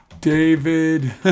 David